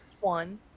one